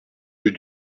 rue